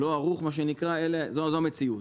זה לא מה שנקרא ערוך אלא זאת המציאות.